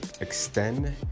extend